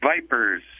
vipers